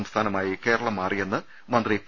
സംസ്ഥാനമായി കേരളം മാറിയെന്ന് മന്ത്രി പി